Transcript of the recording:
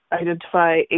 identify